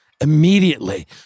immediately